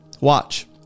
Watch